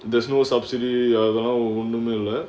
there's no subsidy அதெல்லாம் ஒன்னுமே இல்ல:athellaam onnumae illa